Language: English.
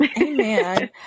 Amen